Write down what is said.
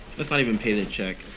let's not even pay the check.